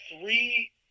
three